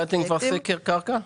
ביצעתם כבר סקר קרקע?